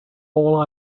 all